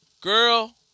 girl